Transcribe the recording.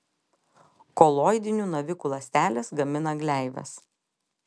koloidinių navikų ląstelės gamina gleives